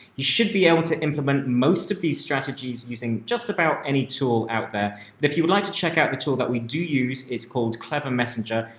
you should be able to implement most of these strategies using just about any tool out there. but if you would like to check out, the tool that we do use its called clever messenger.